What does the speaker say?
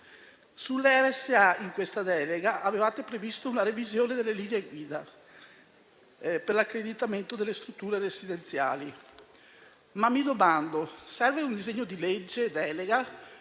disegno di legge delega avevate previsto una revisione delle linee guida sulle RSA per l'accreditamento delle strutture residenziali, ma mi domando se serve un disegno di legge delega